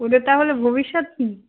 ওদের তাহলে ভবিষ্যৎ কী